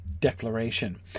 declaration